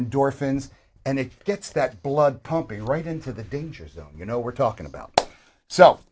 indoor fins and it gets that blood pumping right into the danger zone you know we're talking about s